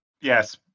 Yes